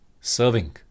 serving